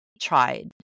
tried